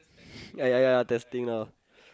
ya ya ya testing now